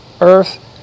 earth